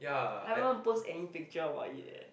I haven't post any picture about it eh